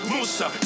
Musa